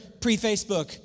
pre-Facebook